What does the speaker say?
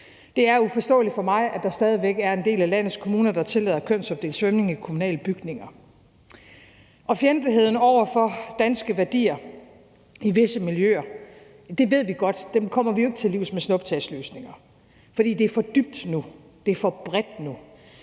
Det er uforståeligt for mig, at der stadig væk er en del af landets kommuner, der tillader kønsopdelt svømning i kommunale bygninger. Fjendtligheden over for danske værdier i visse miljøer, ved vi godt at vi ikke kommer til livs med snuptagsløsninger. For det er for dybt nu; det er for bredt nu.